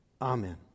Amen